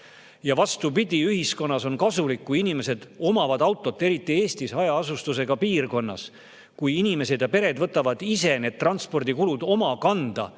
Vastupidi, ühiskonnale on kasulik, kui inimesed omavad autot, eriti Eestis, hajaasustusega piirkondades, sest inimesed ja pered võtavad transpordikulud oma kanda,